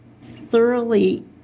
thoroughly